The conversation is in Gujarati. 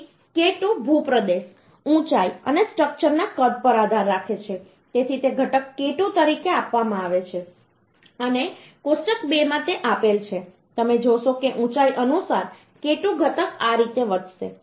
પછી k2 k2 ભૂપ્રદેશ ઊંચાઈ અને સ્ટ્રક્ચરના કદ પર આધાર રાખે છે તેથી તે ઘટક k2 તરીકે આપવામાં આવે છે અને કોષ્ટક 2 તે આપેલ છે તમે જોશો કે ઊંચાઈ અનુસાર k2 ઘટક આ રીતે વધશે